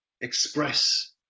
express